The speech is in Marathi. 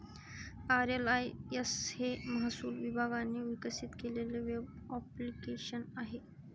आर.एल.आय.एस हे महसूल विभागाने विकसित केलेले वेब ॲप्लिकेशन आहे